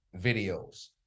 videos